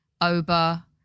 Oba